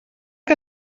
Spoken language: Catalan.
que